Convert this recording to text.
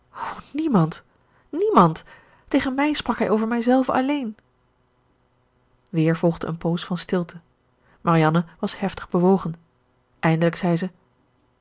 o niemand niemand tegen mij sprak hij over mijzelve alleen weer volgde een poos van stilte marianne was heftig bewogen eindelijk zei ze